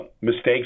mistakes